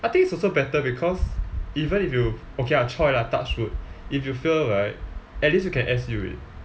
I think it's also better because even if you okay lah choy lah touch wood if you fail right at least you can S_U it